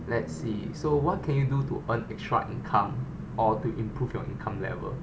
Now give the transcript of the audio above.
let's see so what can you do to earn extra income or to improve your income level